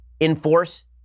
enforce